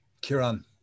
Kieran